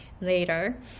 later